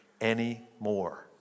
anymore